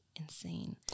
insane